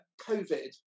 COVID